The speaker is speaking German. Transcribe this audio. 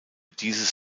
dieses